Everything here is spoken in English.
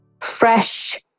fresh